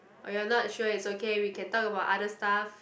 oh you're not sure it's okay we can talk about other stuff